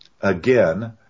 Again